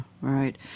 Right